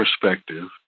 perspective